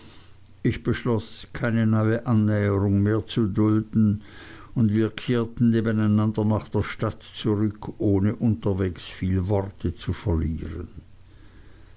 ich beschloß keine neue annäherung mehr zu dulden und wir kehrten nebeneinander nach der stadt zurück ohne unterwegs viel worte zu verlieren